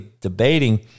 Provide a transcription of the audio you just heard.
debating